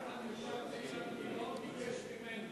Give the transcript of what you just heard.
רק אילן גילאון ביקש ממני.